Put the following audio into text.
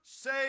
say